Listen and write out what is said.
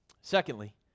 Secondly